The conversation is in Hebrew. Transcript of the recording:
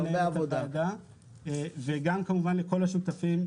גם למנהלת הוועדה וגם כמובן לכל השותפים.